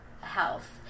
health